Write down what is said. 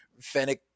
Fennec